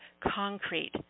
concrete